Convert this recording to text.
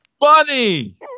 Bunny